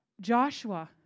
Joshua